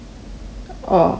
orh okay